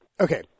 okay